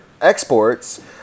exports